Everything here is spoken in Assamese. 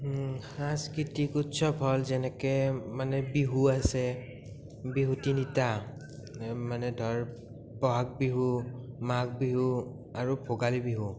সাংস্কৃতিক উৎসৱ হ'ল যেনেকে মানে বিহু আছে বিহু তিনিটা মানে ধৰ বহাগ বিহু মাঘ বিহু আৰু ভোগালী বিহু